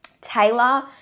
Taylor